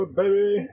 baby